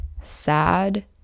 sad